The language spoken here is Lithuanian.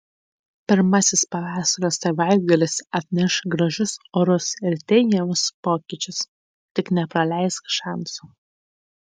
pirmasis pavasario savaitgalis atneš gražius orus ir teigiamus pokyčius tik nepraleisk šanso